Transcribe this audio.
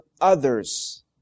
others